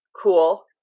cool